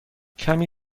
کمی